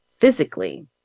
physically